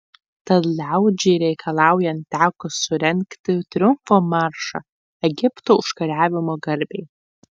tad liaudžiai reikalaujant teko surengti triumfo maršą egipto užkariavimo garbei